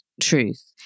truth